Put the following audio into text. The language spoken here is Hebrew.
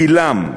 גילם,